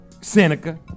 Seneca